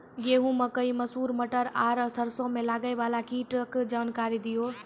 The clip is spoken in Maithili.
गेहूँ, मकई, मसूर, मटर आर सरसों मे लागै वाला कीटक जानकरी दियो?